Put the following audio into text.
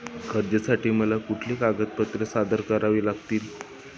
कर्जासाठी मला कुठली कागदपत्रे सादर करावी लागतील?